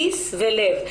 כיס ולו (לב),